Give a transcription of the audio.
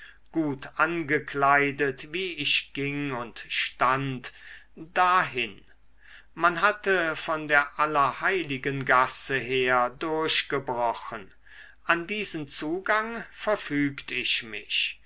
gut angekleidet wie ich ging und stand dahin man hatte von der allerheiligengasse her durchgebrochen an diesen zugang verfügt ich mich